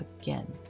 again